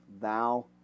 thou